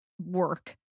work